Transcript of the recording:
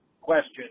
question –